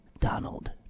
Donald